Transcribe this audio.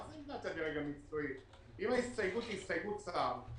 מה זה עמדת הדרג המקצועי אם ההסתייגות היא הסתייגות שר?